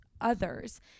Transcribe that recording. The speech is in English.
others